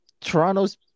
Toronto's